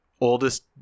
oldest